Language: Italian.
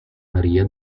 maria